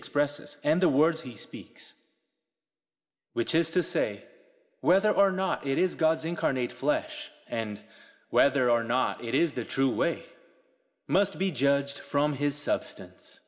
expresses and the words he speaks which is to say whether or not it is god's incarnate flesh and whether or not it is the true way must be judged from his substance